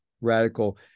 Radical